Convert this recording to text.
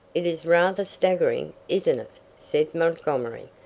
it is rather staggering, isn't it? said montgomery,